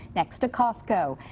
next to costco.